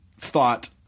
thought